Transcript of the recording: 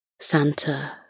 Santa